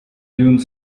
dune